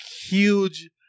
huge